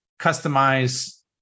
customize